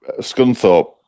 scunthorpe